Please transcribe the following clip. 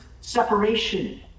separation